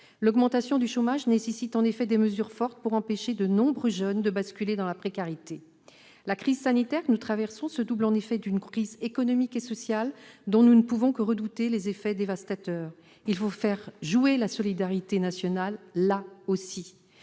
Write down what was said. L'augmentation du chômage nécessite des mesures fortes pour empêcher de nombreux jeunes de basculer dans la précarité. La crise sanitaire que nous traversons se double en effet d'une crise économique et sociale, dont nous ne pouvons que redouter les effets dévastateurs. Il faut faire, là aussi, jouer la solidarité nationale.